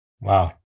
Wow